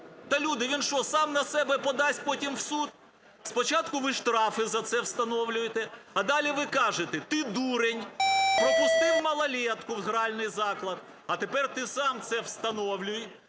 Та, люди, він що, сам на себе подасть потім в суд? Спочатку ви штрафи за це встановлюєте, а далі ви кажете: "Ти, дурень, пропустив малолєтку в гральний заклад, а тепер ти сам це встановлюй,